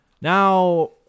Now